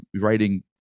writing